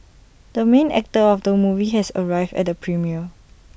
the main actor of the movie has arrived at the premiere